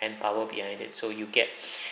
man power behind it so you get